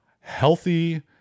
healthy